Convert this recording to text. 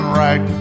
right